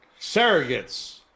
Surrogates